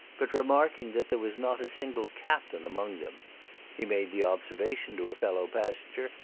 but remarking that there was not a single captain among them he made the observation to a fellow-passenger,